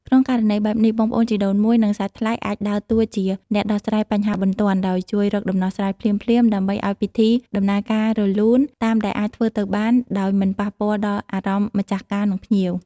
ក្នុងករណីបែបនេះ បងប្អូនជីដូនមួយ និងសាច់ថ្លៃអាចដើរតួជា អ្នកដោះស្រាយបញ្ហាបន្ទាន់ ដោយជួយរកដំណោះស្រាយភ្លាមៗ ដើម្បី ឱ្យពិធីដំណើរការរលូន តាមដែលអាចធ្វើទៅបាន ដោយមិនប៉ះពាល់ដល់អារម្មណ៍ម្ចាស់ការ និងភ្ញៀវ។